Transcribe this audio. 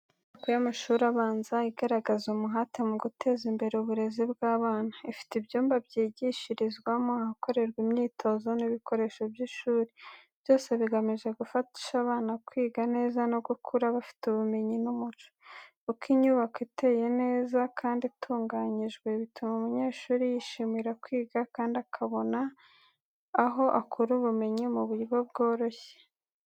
Inyubako y’amashuri abanza, igaragaza umuhate mu guteza imbere uburezi bw’abana. Ifite ibyumba byigishirizwamo, ahakorerwa imyitozo n’ibikoresho by’ishuri, byose bigamije gufasha abana kwiga neza no gukura bafite ubumenyi n’umuco. Uko inyubako iteye neza kandi itunganijwe, bituma umunyeshuri yishimira kwiga kandi abona aho akura ubumenyi mu buryo bworoshye.